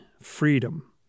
freedom